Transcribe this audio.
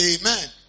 amen